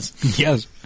Yes